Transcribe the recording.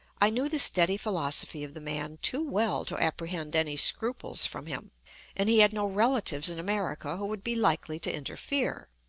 i knew the steady philosophy of the man too well to apprehend any scruples from him and he had no relatives in america who would be likely to interfere.